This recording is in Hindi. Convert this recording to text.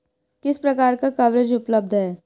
किस प्रकार का कवरेज उपलब्ध है?